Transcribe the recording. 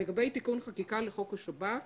לגבי תיקון חקיקה לחוק השב"כ